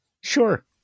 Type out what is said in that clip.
Sure